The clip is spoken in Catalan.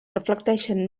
reflecteixen